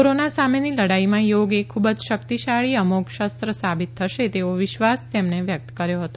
corona સામેની લડાઈમાં યોગ એ ખુબજ શક્તિશાળી અમોધ શસ્ત્ર સાબિત થશે એવો વિશ્વાસ તેમણે વ્યકત કર્યો હતો